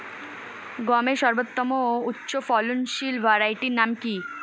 গমের সর্বোত্তম উচ্চফলনশীল ভ্যারাইটি নাম কি?